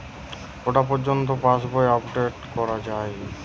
কটা পযর্ন্ত পাশবই আপ ডেট করা হয়?